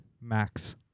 Max